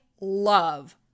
love